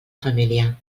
família